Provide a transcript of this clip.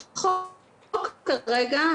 צריך לקחת בחשבון שהחוק כרגע,